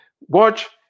Watch